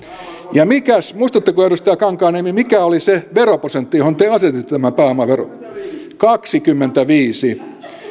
ja muistatteko edustaja kankaanniemi mikä oli se veroprosentti johon te asetitte tämän pääomaveron kaksikymmentäviisi